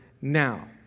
now